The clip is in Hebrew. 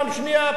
פעם שנייה,